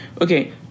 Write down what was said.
Okay